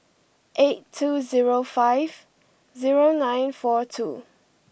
eight two zero five zero nine four two